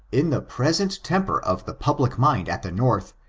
in the present temper of the public mind at the north,